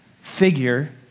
figure